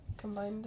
Combined